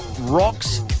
rocks